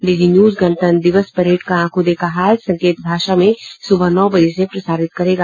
DD News गणतंत्र दिवस parade का आंखों देखा हाल संकेत भाषा में सुबह नौ बजे से प्रसारित करेगा